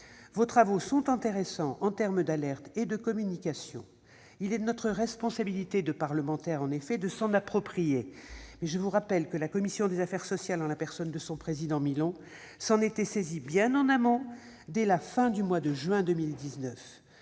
Vos travaux sont intéressants en termes d'alerte et de communication. Il est de notre responsabilité de parlementaires de nous en approprier. Cela dit, je rappelle que la commission des affaires sociales, en la personne de son président, Alain Milon, s'en était saisie bien en amont, dès la fin du mois de juin 2019.